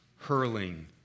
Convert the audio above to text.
hurling